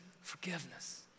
forgiveness